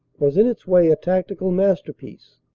was in its way a tactical masterpiece.